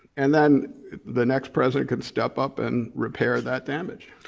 and then the next president could step up and repair that damage.